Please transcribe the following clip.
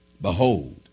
Behold